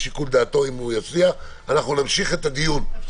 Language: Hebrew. אני שואלת שאלה משפטית: מה קשור לקורונה?